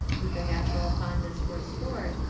with a natural fondness for sport,